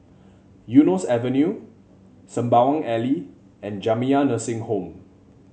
Eunos Avenue Sembawang Alley and Jamiyah Nursing Home